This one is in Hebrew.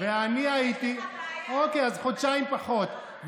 ואני הייתי, אוקיי, אז חודשיים פחות.